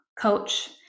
coach